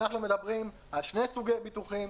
אנחנו מדברים על שני סוגי ביטוחים,